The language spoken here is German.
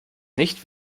nicht